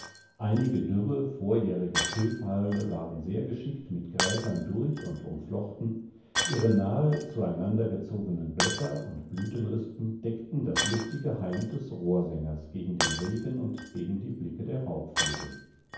einige dürre vorjährige schilfhalme waren sehr geschickt mit gräsern durch und umflochten ihre nahe zueinandergezogenen blätter und blütenrispen deckten das luftige heim des rohrsängers gegen den regen und gegen die blicke der raubvögel